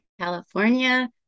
California